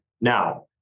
Now